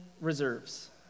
reserves